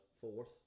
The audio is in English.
fourth